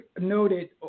noted